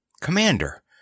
Commander